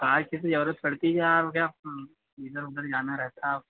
car की तो जरूरत पड़ती जा इधर उधर जाना रहता है और